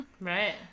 right